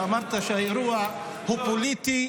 כשאמרת שהאירוע הוא פוליטי,